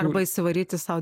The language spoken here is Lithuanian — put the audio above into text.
arba įsivaryti sau